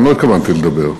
אני לא התכוונתי לדבר,